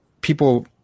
people